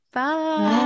Bye